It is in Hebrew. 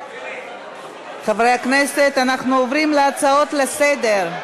חברי הכנסת, אנחנו עוברים להצעות לסדר-היום.